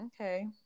Okay